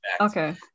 Okay